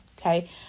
okay